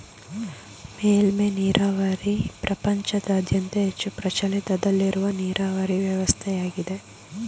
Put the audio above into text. ಮೇಲ್ಮೆ ನೀರಾವರಿ ಪ್ರಪಂಚದಾದ್ಯಂತ ಹೆಚ್ಚು ಪ್ರಚಲಿತದಲ್ಲಿರುವ ನೀರಾವರಿ ವ್ಯವಸ್ಥೆಯಾಗಿದೆ